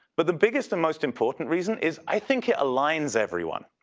but the biggest and most important reason is i think it aligns everyone.